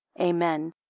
amen